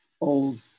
old